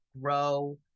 grow